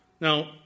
Now